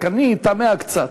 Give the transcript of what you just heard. רק אני תמה קצת,